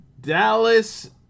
Dallas